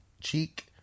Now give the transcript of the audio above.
cheek